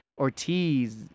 Ortiz